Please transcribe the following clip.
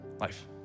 Life